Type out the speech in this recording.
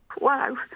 Wow